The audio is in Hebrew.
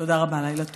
תודה רבה, לילה טוב.